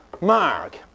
Mark